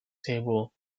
table